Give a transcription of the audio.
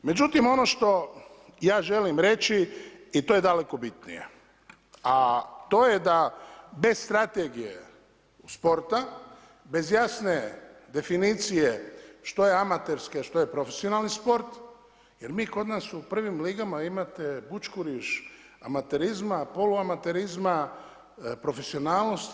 Međutim, ono što ja želim reći i to je daleko bitnije, a to je da bez strategije sporta, bez jasne definicije što je amaterski, a što je profesionalni sport jer mi kod nas u prvim ligama imate bućkuriš amaterizma, poluamaterizma, profesionalnosti.